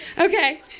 Okay